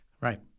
Right